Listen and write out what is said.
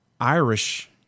Irish